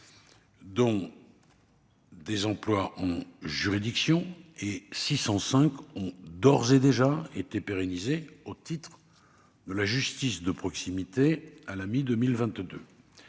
des emplois en juridiction, dont 605 ont d'ores et déjà été pérennisés au titre de la justice de proximité à la mi-2022.